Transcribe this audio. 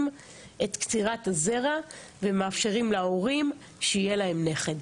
את קצירת הזרע ומאפשרים להורים שיהיה להם נכד.